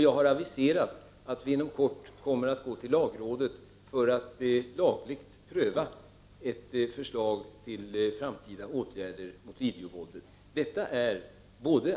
Jag har aviserat att vi inom kort kommer att gå till lagrådet för att lagligt pröva ett förslag till framtida åtgärder mot videovåld.